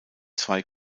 zwei